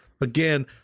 Again